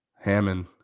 hammond